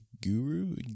guru